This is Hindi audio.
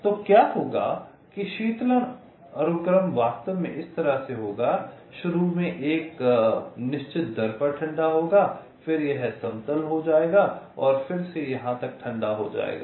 तो क्या होगा कि शीतलन अनुक्रम वास्तव में इस तरह से होगा शुरू में यह एक निश्चित दर पर ठंडा होगा फिर यह समतल हो जाएगा फिर से यहाँ तक ठंडा हो जाएगा